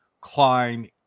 climb